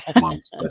months